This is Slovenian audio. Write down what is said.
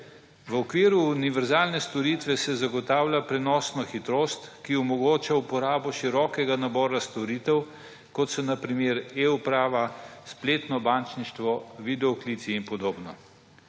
V okviru univerzalne storitve se zagotavlja prenosno hitrost, ki omogoča uporabo širokega nabora storitev, kot so na primer eUprava, spletno bančništvo, videoklici in podobno.